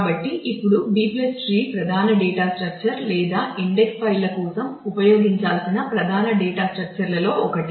కాబట్టి ఇప్పుడు B tree ప్రధాన డేటా స్ట్రక్చర్లలో ఒకటి